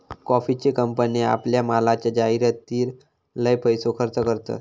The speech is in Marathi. कॉफीचे कंपने आपल्या मालाच्या जाहीरातीर लय पैसो खर्च करतत